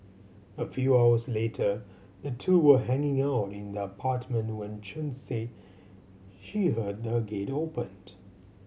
a few hours later the two were hanging out in the apartment when Chen said she heard a gate open